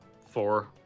four